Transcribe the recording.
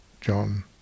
John